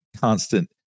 constant